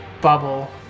bubble